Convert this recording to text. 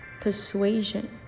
persuasion